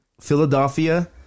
Philadelphia